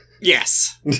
Yes